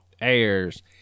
airs